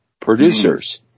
Producers